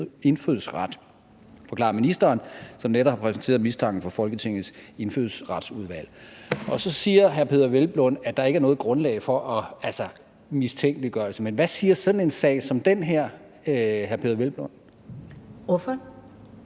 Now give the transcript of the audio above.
indfødsret, forklarer ministeren, som netop har præsenteret mistanken for Folketingets Indfødsretsudvalg. Så siger hr. Peder Hvelplund, at der ikke er noget grundlag for mistænkeliggørelse. Men hvad siger sådan en sag som den her hr. Peder Hvelplund?